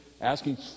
asking